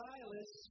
Silas